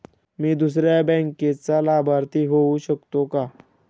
मी दुसऱ्या बँकेचा लाभार्थी होऊ शकतो का?